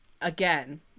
again